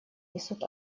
несут